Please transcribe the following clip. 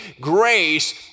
grace